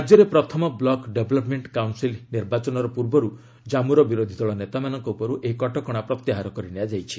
ରାଜ୍ୟରେ ପ୍ରଥମ block development council ନିର୍ବାଚନର ପୂର୍ବରୁ ଜାମ୍ମର ବିରୋଧୀଦଳ ନେତାମାନଙ୍କ ଉପରୁ ଏହି କଟକଣା ପ୍ରତ୍ୟାହାର କରି ନିଆଯାଇଛି